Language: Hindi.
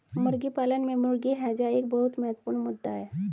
मुर्गी पालन में मुर्गी हैजा एक बहुत महत्वपूर्ण मुद्दा है